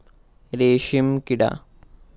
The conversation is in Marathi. रेशीमकिडा